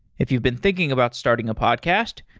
if you've been thinking about starting a podcast,